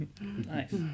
Nice